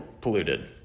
polluted